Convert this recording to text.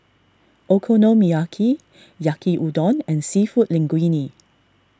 Okonomiyaki Yaki Udon and Seafood Linguine